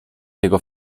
tego